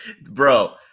Bro